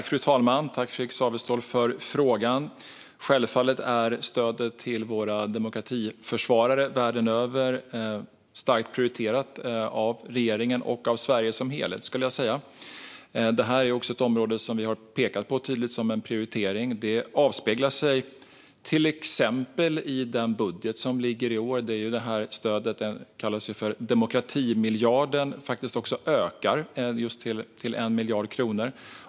Fru talman! Tack, Fredrik Saweståhl, för frågan! Självfallet är stödet till demokratiförsvarare världen över starkt prioriterat av regeringen och av Sverige som helhet, skulle jag säga. Detta är också ett område som vi har pekat på tydligt som en prioritering. Det avspeglar sig till exempel i den budget som ligger för i år och det faktum att det stöd som kallas för demokratimiljarden också ökar till just 1 miljard kronor.